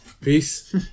Peace